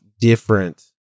different